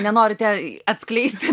nenorite atskleisti